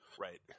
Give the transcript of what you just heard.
Right